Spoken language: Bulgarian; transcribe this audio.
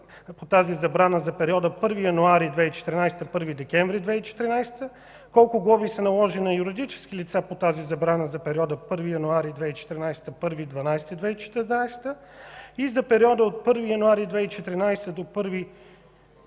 по тази забрана за периода от 1 януари 2014 г. – 1 декември 2014 г.? Колко глоби са наложени на юридически лица по тази забрана за периода 1 януари 2014 г. – 1 декември 2014 г. и за периода от 1 януари 2014 г. до 1 декември